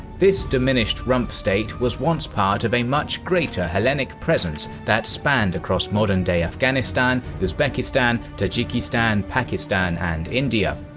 this diminished rump state was once part of a much greater hellenic presence that spanned across modern day afghanistan, uzbekistan, tajikistan, pakistan and india.